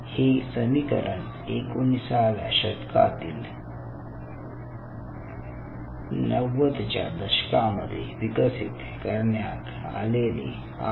हे समीकरण एकोणिसाव्या शतकातील 90 च्या दशकामध्ये विकसित करण्यात आलेले आहे